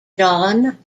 john